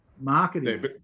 marketing